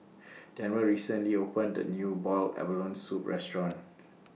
Denver recently opened A New boiled abalone Soup Restaurant